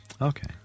Okay